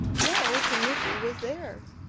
no tanuki was there,